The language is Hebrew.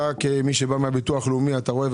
אתה, כמי שבא מהביטוח הלאומי, אתה רואה.